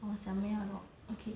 or somewhere or not okay